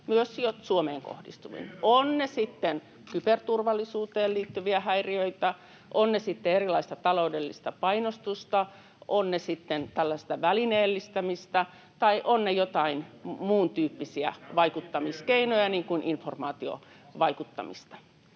se jo!] ovat ne sitten kyberturvallisuuteen liittyviä häiriöitä, ovat ne sitten erilaista taloudellista painostusta, ovat ne sitten tällaista välineellistämistä tai ovat ne joitain muuntyyppisiä vaikuttamiskeinoja, [Perussuomalaisten